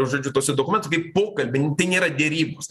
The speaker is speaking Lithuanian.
žodžiu tuose dokument kaip pokalbiai tai nėra derybos